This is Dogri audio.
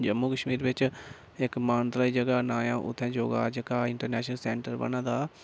जम्मू कश्मीर बिच्च इक मानतलाई जगह दा नांऽ ऐ उत्थें योगा जेह्का इंटरनेशनल सैंटर बना दा